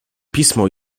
pismo